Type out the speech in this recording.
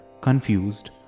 confused